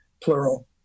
plural